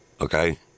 Okay